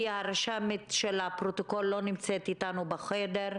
כי הרשמת של הפרוטוקול לא נמצאת איתנו בחדר.